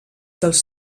dels